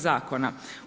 Zakona.